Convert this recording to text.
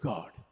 God